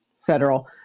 federal